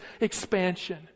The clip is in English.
expansion